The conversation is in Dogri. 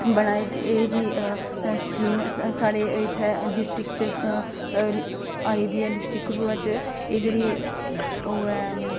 बने एह् बी स्कीम साढ़े इत्थै डिस्ट्रिक्ट च आए दी ऐ डिस्ट्रिक्ट कठुआ च एह् जेहड़ी ओह् ऐ